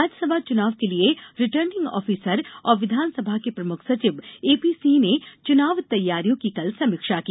राज्यसभा चुनाव के लिए रिटर्निंग ऑफिसर और विधानसभा के प्रमुख सचिव एपी सिंह ने चुनाव तैयारियों की कल समीक्षा की